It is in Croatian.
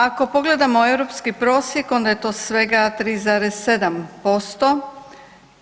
Ako pogledamo europski prosjek onda je to svega 3,7%